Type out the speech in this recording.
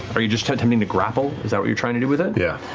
are you just attempting to grapple, is that what you're trying to do with it? yeah